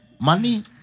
Money